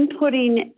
inputting